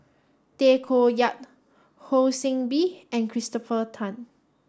Tay Koh Yat Ho See Beng and Christopher Tan